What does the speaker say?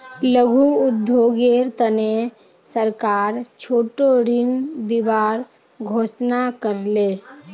लघु उद्योगेर तने सरकार छोटो ऋण दिबार घोषणा कर ले